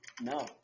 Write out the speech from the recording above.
No